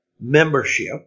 membership